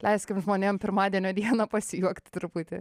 leiskim žmonėm pirmadienio dieną pasijuokt truputį